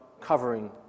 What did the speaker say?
covering